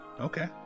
Okay